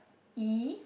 E